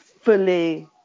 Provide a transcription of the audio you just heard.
fully